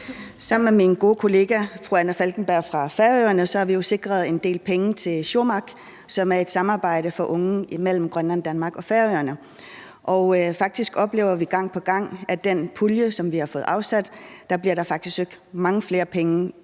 Sammen med min gode kollega fru Anna Falkenberg fra Færøerne har vi jo sikret en del penge til Sjómaq, som er et samarbejde mellem unge i Grønland, Danmark og Færøerne. Faktisk oplever vi gang på gang, at i forhold til den pulje, vi har fået afsat, bliver der faktisk søgt om mange flere penge